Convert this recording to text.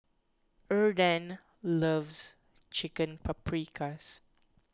Arden loves Chicken Paprikas